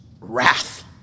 wrath